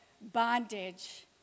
bondage